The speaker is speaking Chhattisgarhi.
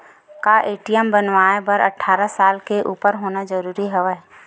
का ए.टी.एम बनवाय बर अट्ठारह साल के उपर होना जरूरी हवय?